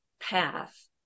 path